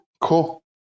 Cool